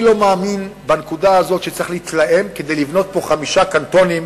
אני לא מאמין שבנקודה הזאת צריך להתלהם כדי לבנות פה חמישה קנטונים,